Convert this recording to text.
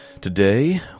Today